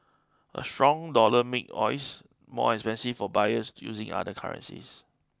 a strong dollar make oils more expensive for buyers using other currencies